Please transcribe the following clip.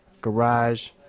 garage